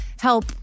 help